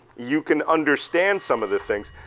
you can understand some of the things.